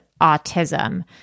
autism